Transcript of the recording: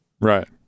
right